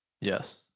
Yes